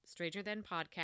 strangerthanpodcast